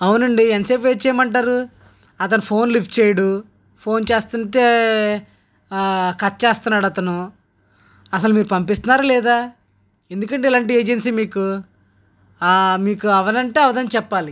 అవునండి ఎంతసేపు వెయిట్ చేయమంటారు అతను ఫోన్ లిఫ్ట్ చేయడు ఫోన్ చేస్తుంటే కట్ చేస్తున్నాడు అతను అసలు మీరు పంపిస్తున్నారా లేదా ఎందుకండి ఇలాంటి ఏజెన్సీ మీకు మీకు అవ్వదంటే అవ్వదని చెప్పాలి